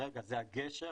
זה הגשר,